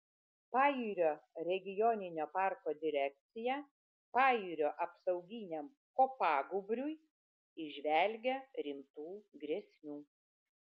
pajūrio regioninio parko direkcija pajūrio apsauginiam kopagūbriui įžvelgia rimtų grėsmių